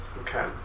okay